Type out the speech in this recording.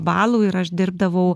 balų ir aš dirbdavau